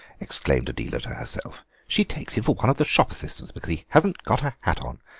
exclaimed adela to herself, she takes him for one of the shop assistants because he hasn't got a hat on.